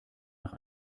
nach